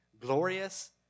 glorious